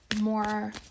more